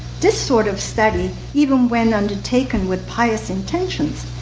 this sort of study, even when undertaken with pious intentions,